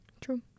True